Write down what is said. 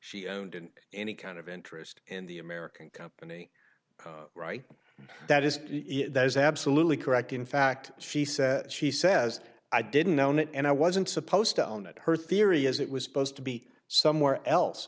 she owned in any kind of interest and the american company right and that is that is absolutely correct in fact she says she says i didn't own it and i wasn't supposed to own it her theory is it was supposed to be somewhere else